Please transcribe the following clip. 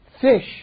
fish